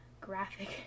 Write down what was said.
graphic